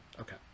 Okay